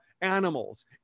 animals